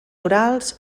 orals